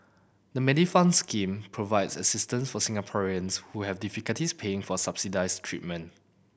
the Medifund scheme provides assistance for Singaporeans who have difficulties paying for subsidized treatment